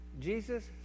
Jesus